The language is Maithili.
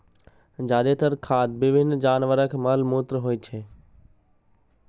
जादेतर खाद विभिन्न जानवरक मल मूत्र होइ छै